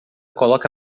coloca